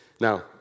Now